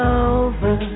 over